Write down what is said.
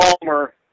Palmer